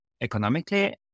economically